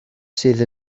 sydd